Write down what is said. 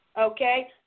okay